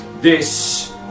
this-